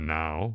now